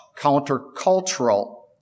countercultural